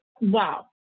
wow